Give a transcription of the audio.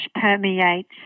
permeates